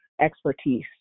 expertise